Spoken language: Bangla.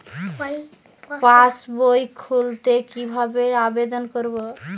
পাসবই খুলতে কি ভাবে আবেদন করব?